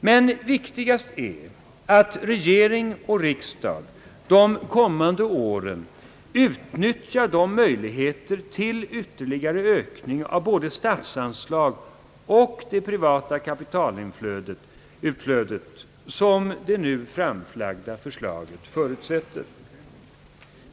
Men viktigast är att regering och riksdag de kommande åren utnyttjar de möjligheter till ytterligare ökning av både statsanslagen och det privata kapitalflödet som det nu framlagda förslaget förutsätter.